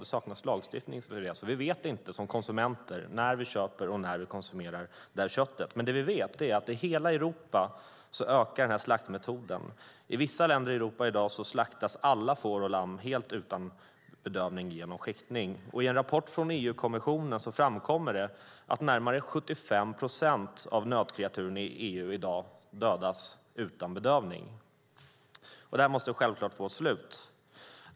Det saknas lagstiftning för detta, så vi som konsumenter vet inte när vi köper och konsumerar detta kött. Det vi dock vet är att denna slaktmetod ökar i hela Europa. I vissa länder i Europa slaktas i dag alla får och lamm helt utan bedövning, genom skäktning. I en rapport från EU-kommissionen framkommer att närmare 75 procent av nötkreaturen i EU i dag dödas utan bedövning. Detta måste självklart få ett slut.